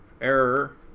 Error